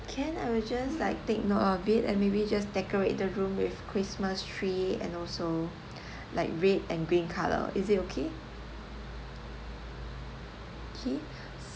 can I will just like take note of it and maybe just decorate the room with christmas tree and also like red and green colour is it okay okay